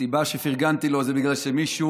הסיבה שפרגנתי לו זה בגלל שמישהו